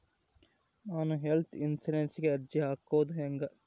ನಾನು ಹೆಲ್ತ್ ಇನ್ಸುರೆನ್ಸಿಗೆ ಅರ್ಜಿ ಹಾಕದು ಹೆಂಗ?